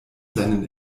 seinen